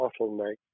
bottleneck